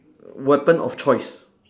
weapon of choice